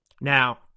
Now